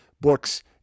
books